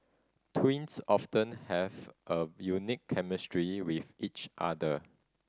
twins often have a unique chemistry with each other